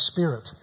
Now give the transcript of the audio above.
Spirit